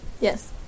Yes